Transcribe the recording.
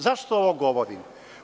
Zašto ovo govorim?